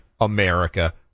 America